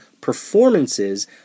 performances